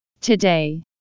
Today